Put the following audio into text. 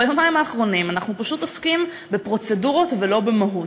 ביומיים האחרונים אנחנו פשוט עוסקים בפרוצדורות ולא במהות,